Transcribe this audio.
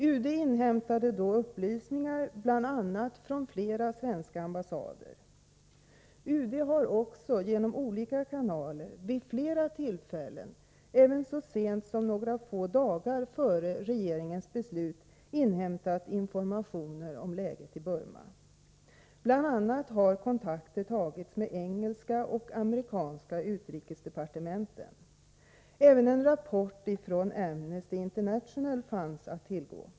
UD inhämtade då upplysningar bl.a. från flera svenska ambassader. UD har också genom olika kanaler vid flera tillfällen, även så sent som några få dagar före regeringens beslut, inhämtat informationer om läget i Burma. Bl. a. har kontakter tagits med engelska och amerikanska utrikesdepartementen. Även en rapport från Amnesty International fanns att tillgå.